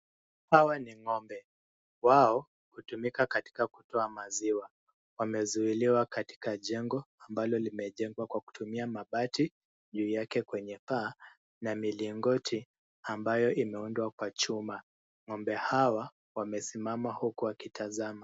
Hawa ni ng'ombe. Wao hutumika katika kutoa maziwa. Wamezuiliwa katika jengo ambalo limejengwa kwa kutumia mabati juu yake kwenye paa la milingoti ambayo imeundwa kwa chuma. Ng'ombe hawa wamesimama huku wakitazama.